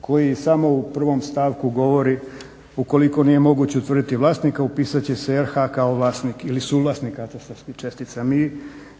koji samo u prvom stavku govori ukoliko nije moguće utvrditi vlasnika upisat će se RH kao vlasnik ili suvlasnik katastarskih čestica. Mi